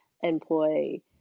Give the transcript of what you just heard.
employ